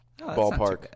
Ballpark